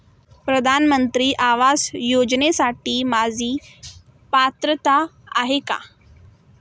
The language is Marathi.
प्रधानमंत्री आवास योजनेसाठी माझी पात्रता आहे का?